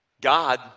God